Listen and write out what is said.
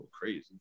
crazy